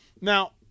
Now